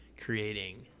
creating